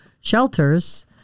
shelters